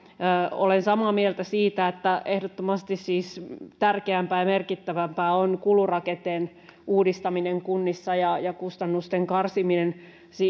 olen samaa mieltä siitä että ehdottomasti tärkeämpää ja merkittävämpää on kulurakenteen uudistaminen kunnissa ja ja kustannusten karsiminen